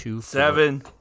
Seven